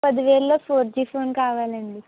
పదివేలలో four G phone కావాలండి